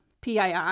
PII